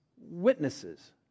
Witnesses